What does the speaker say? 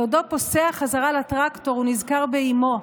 בעודו פוסע בחזרה לטרקטור, הוא נזכר באימו,